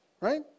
Right